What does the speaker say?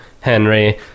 Henry